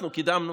אנחנו קידמנו